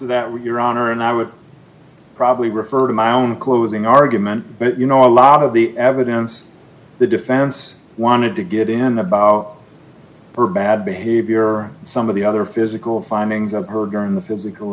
that your honor and i would probably refer to my own closing argument but you know a lot of the evidence the defense wanted to get in about her bad behavior some of the other physical findings of her during the physical